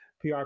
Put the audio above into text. PR